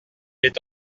est